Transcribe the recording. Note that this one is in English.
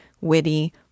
witty